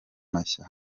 mashya